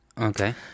Okay